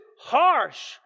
harsh